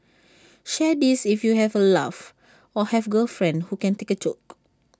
share this if you had A laugh or have girlfriend who can take A joke